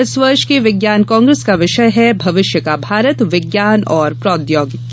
इस वर्ष के विज्ञान कांग्रेस का विषय है भविष्य का भारत विज्ञान और प्रौद्योगिकी